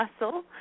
muscle